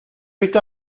visto